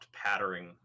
pattering